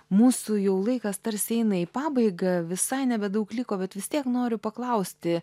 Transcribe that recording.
mūsų jau laikas tarsi eina į pabaigą visai nebedaug liko bet vis tiek noriu paklausti